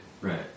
Right